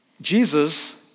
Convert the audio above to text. Jesus